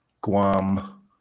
Guam